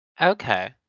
Okay